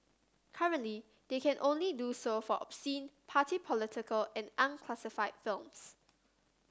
currently they can only do so for obscene party political and unclassified films